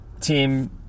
team